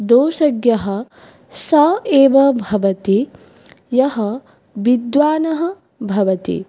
दोषज्ञः स एव भवति यः विद्वान् भवति